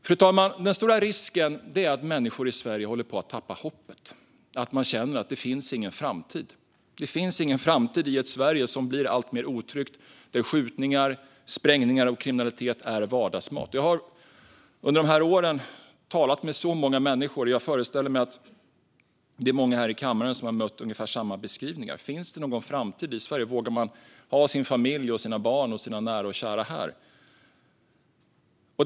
Fru talman! Den stora risken är att människor i Sverige håller på att tappa hoppet och känner att det inte finns någon framtid i ett Sverige som blir alltmer otryggt och där skjutningar, sprängningar och kriminalitet är vardagsmat. Jag har under de här åren talat med så många människor som sagt: Finns det någon framtid i Sverige? Vågar man ha sin familj, sina barn och sina nära och kära här? Jag föreställer mig att det är många här i kammaren som har mött ungefär samma beskrivningar.